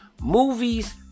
Movies